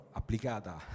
applicata